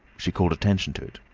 she called attention to it.